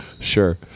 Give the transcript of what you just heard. Sure